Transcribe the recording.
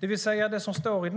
"Till att börja med har vi